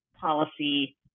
Policy